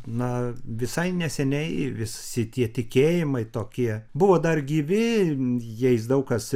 na visai neseniai visi tie tikėjimai tokie buvo dar gyvi jais daug kas